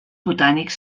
botànics